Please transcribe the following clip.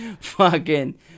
fucking-